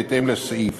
בהתאם לסעיף,